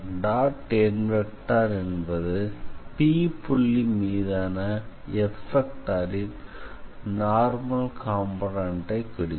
n என்பது P புள்ளி மீதான Fன் நார்மல் காம்போனண்டை குறிக்கும்